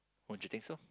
won't you think so